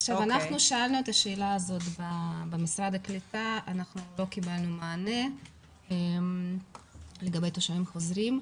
שאלנו את השאלה הזאת במשרד הקליטה ולא קיבלנו מענה לגבי תושבים חוזרים,